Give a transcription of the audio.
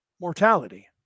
Mortality